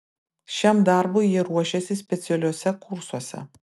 šiam darbui jie ruošiasi specialiuose kursuose